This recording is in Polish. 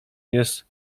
jest